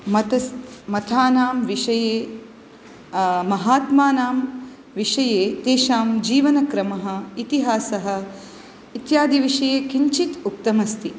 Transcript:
मतस्य मतानां विषये महात्मनां विषये तेषां जीवनक्रमः इतिहासः इत्यादि विषये किञ्चित् उक्तम् अस्ति